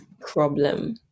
problem